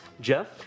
Jeff